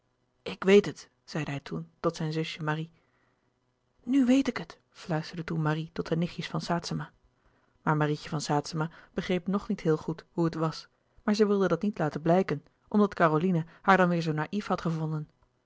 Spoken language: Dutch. ik weet het zeide hij toen tot zijn zusje marie nu weet ik het fluisterde toen marie tot de nichtjes van saetzema maar marietje van saetzema begreep nog niet heel goed hoe het was maar zij wilde dat niet laten blijken omdat caroline haar dan weêr zoo naïf had gevonden